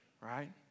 right